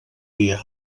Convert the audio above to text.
dia